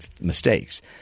mistakes